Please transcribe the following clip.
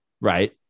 Right